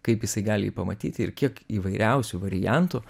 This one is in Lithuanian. kaip jisai gali jį pamatyti ir kiek įvairiausių variantų